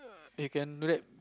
you can do that